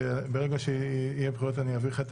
ברגע שיהיו בחירות אני אעביר לך את